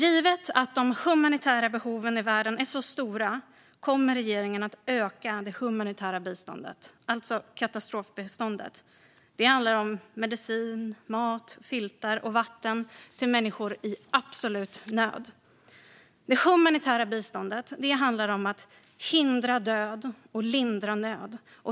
Givet att de humanitära behoven i världen är så stora kommer regeringen att öka det humanitära biståndet, alltså katastrofbiståndet. Det handlar om medicin, mat, filtar och vatten till människor i absolut nöd. Det humanitära biståndet handlar om att hindra död och lindra nöd.